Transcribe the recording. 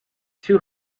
two